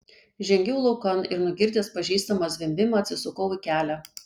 žengiau laukan ir nugirdęs pažįstamą zvimbimą atsisukau į kelią